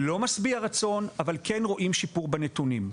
לא משביע רצון אבל כן רואים שיפור בנתונים.